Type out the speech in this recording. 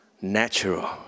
Natural